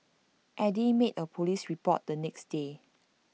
Eddy made A Police report the next day